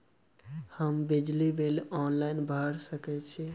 हम बिजली bill online भैर सकै छी?